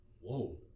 Whoa